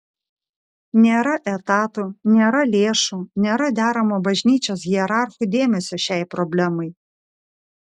nėra etatų nėra lėšų nėra deramo bažnyčios hierarchų dėmesio šiai problemai